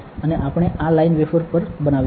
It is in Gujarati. અને આપણે આ લાઇન વેફર પર બનાવીશું